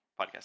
podcast